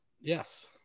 yes